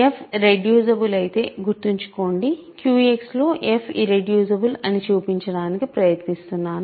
f reducible అయితే గుర్తుంచుకోండి QX లో f ఇర్రెడ్యూసిబుల్ అని చూపించడానికి ప్రయత్నిస్తున్నాను